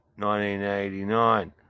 1989